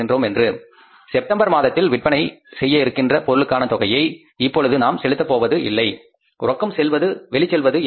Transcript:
என்று செப்டம்பர் மாதத்தில் விற்பனை செய்ய இருக்கின்ற பொருளுக்கான தொகையை இப்பொழுது நாம் செலுத்த போவது இல்லை ரொக்கம் வெளி செல்வது எவ்வளவு